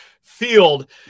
Field